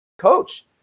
coach